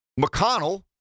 McConnell